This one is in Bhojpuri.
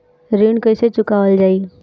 ऋण कैसे चुकावल जाई?